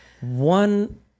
one